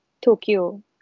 Tokyo